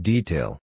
Detail